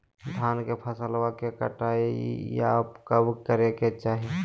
धान के फसलवा के कटाईया कब करे के चाही?